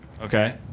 Okay